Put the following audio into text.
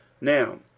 Now